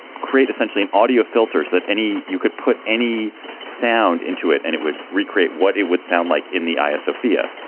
create essentially an audio filters that any you could put any sound into it and it would recreate what it would sound like in the aya sofia.